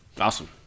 awesome